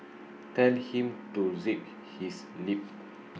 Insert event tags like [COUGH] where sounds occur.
tell him to zip [NOISE] his lip